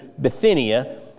Bithynia